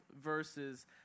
verses